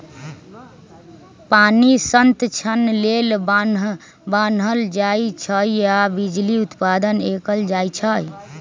पानी संतक्षण लेल बान्ह बान्हल जाइ छइ आऽ बिजली उत्पादन कएल जाइ छइ